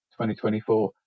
2024